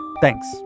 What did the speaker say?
Thanks